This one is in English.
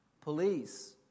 police